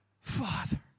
Father